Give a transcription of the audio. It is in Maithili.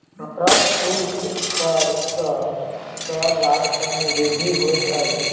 प्रशुल्क कर सॅ कर राजस्व मे वृद्धि होइत अछि